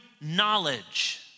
knowledge